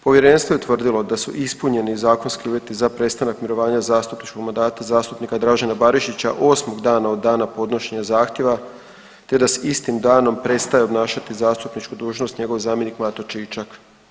Povjerenstvo je utvrdilo da su ispunjeni zakonski uvjeti za prestanak mirovanja zastupničkog mandata zastupnika Dražena Barišića 8 dana od dana podnošenja zahtjeva te da s istim danom prestaje obnašati zastupničku dužnost njegov zamjenik Mato Čičak.